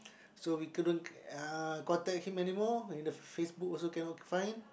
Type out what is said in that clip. so we couldn't uh contact him anymore in the Facebook also cannot find